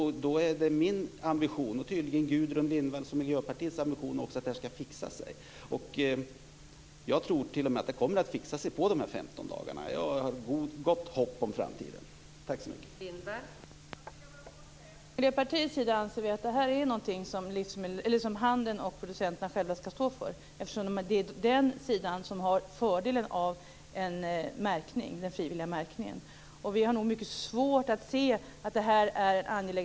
Det är min ambition, och tydligen också Gudrun Lindvalls och miljöpartiets ambition, att det här skall fixa sig. Jag tror t.o.m. att det kommer att fixa sig på de här 15 dagarna. Jag har gott hopp om framtiden. Tack!